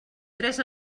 tres